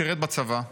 שירת בצבא,